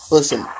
Listen